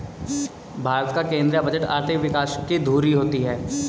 भारत का केंद्रीय बजट आर्थिक विकास की धूरी होती है